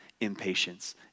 impatience